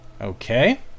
Okay